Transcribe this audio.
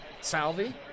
Salvi